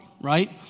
right